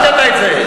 מאיפה המצאת את זה?